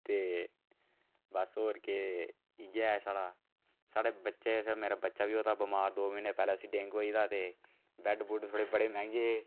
ते बस होर केह् इ'यै साढ़ा साढ़ा बच्चें ते मेरा बच्चा बी होए दा बमार दो म्हीने पैह्ले उसी डेंगू होई गेदा हा ते बैड बुड थोह्ड़े बड़े मैंह्गे हे